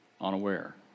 unaware